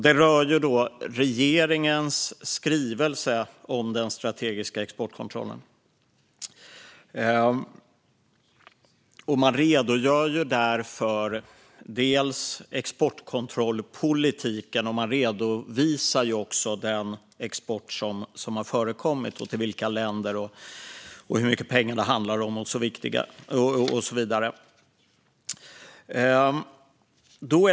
Det rör regeringens skrivelse om den strategiska exportkontrollen, och man redogör där för exportkontrollpolitiken och redovisar den export som har förekommit och till vilka länder och hur mycket pengar det handlar om och så vidare.